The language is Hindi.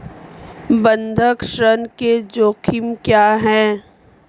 बंधक ऋण के जोखिम क्या हैं?